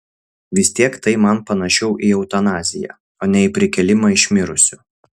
vis tiek tai man panašiau į eutanaziją o ne į prikėlimą iš mirusių